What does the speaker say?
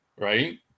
Right